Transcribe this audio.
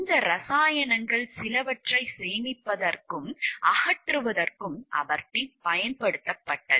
இந்த இரசாயனங்கள் சிலவற்றை சேமிப்பதற்கும் அகற்றுவதற்கும் அபெர்டீன் பயன்படுத்தப்பட்டது